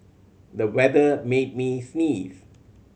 the weather made me sneeze